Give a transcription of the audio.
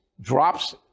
drops